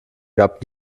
gab